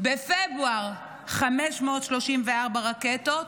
בפברואר, 534 רקטות,